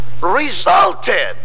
resulted